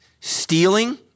stealing